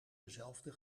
dezelfde